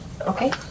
Okay